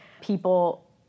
people